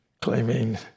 Claiming